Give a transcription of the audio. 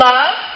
Love